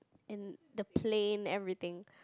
and the plane everything